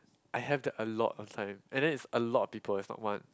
I have that a lot of time and then it's a lot of people it's not one